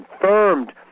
confirmed